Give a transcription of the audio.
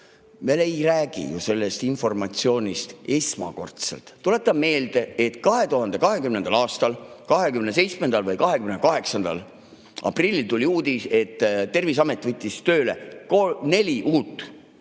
Me ei räägi ju sellest informatsioonist esmakordselt. Tuletan meelde, et 2020. aastal 27. või 28. aprillil tuli uudis, et Terviseamet võttis tööle neli uut